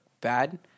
bad